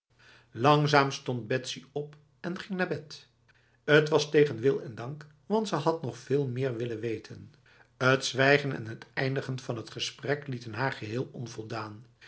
langzaam stond betsy op en ging naar haar bed t was tegen wil en dank want ze had nog wel veel meer willen weten het zwijgen en het eindigen van het gesprek lieten haar geheel onvoldaan